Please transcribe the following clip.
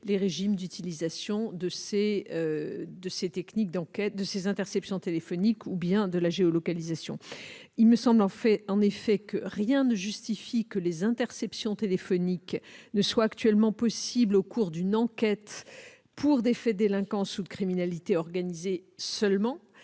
les régimes d'utilisation de ces interceptions téléphoniques ou de la géolocalisation. Il me semble en effet que rien ne justifie que les interceptions téléphoniques ne soient actuellement autorisées au cours d'une enquête que pour des faits de délinquance ou de criminalité organisée alors